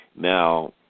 Now